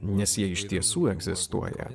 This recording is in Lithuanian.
nes jie iš tiesų egzistuoja